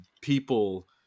people